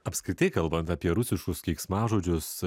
apskritai kalbant apie rusiškus keiksmažodžius